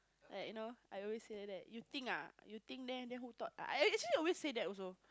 yeah I know I always said that you think ah you think then whole talk actually I always said that also